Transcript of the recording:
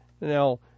Now